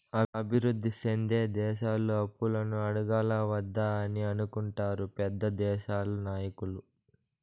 అభివృద్ధి సెందే దేశాలు అప్పులను అడగాలా వద్దా అని అనుకుంటారు పెద్ద దేశాల నాయకులు